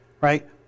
right